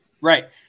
right